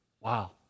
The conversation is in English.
Wow